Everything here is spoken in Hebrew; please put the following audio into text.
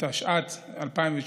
התשע"ט 2019,